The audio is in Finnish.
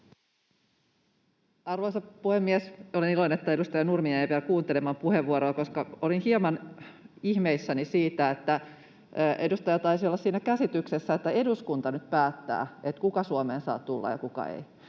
Arvoisa puhemies! Olen iloinen, että edustaja Nurminen jäi vielä kuuntelemaan puheenvuoroani, koska olin hieman ihmeissäni siitä, että edustaja taisi olla siinä käsityksessä, että eduskunta nyt päättää, kuka Suomeen saa tulla ja kuka ei.